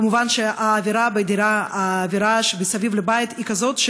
מובן שהאווירה מסביב לבית היא כזאת,